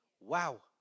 Wow